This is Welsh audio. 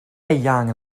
eang